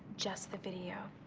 just the video.